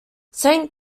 saint